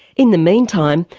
in the meantime,